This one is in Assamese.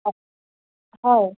অঁ হয়